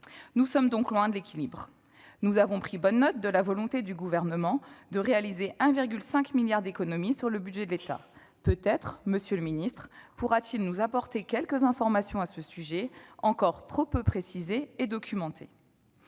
Nous sommes loin de l'équilibre ... Nous avons pris bonne note de la volonté du Gouvernement de réaliser 1,5 milliard d'euros d'économies sur le budget de l'État ; peut-être M. le ministre pourra-t-il nous apporter quelques informations à ce sujet, encore trop peu précisé et documenté.